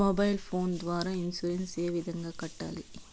mobile phone ద్వారా insurance ఏ విధంగా కట్టాలి